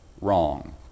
wrong